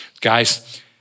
Guys